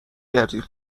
کردیم